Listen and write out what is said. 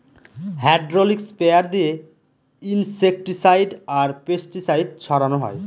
hydraulic sprayer দিয়ে insecticide আর pesticide ছড়ানো হয়